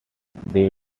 they